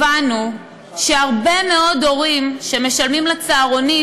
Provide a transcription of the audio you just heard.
הבנו שהרבה מאוד הורים שמשלמים לצהרונים